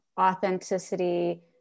authenticity